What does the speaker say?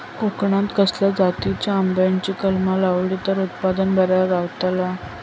कोकणात खसल्या जातीच्या आंब्याची कलमा लायली तर उत्पन बरा गावताला?